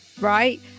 right